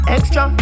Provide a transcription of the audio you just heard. Extra